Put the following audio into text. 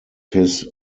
his